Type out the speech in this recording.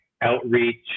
outreach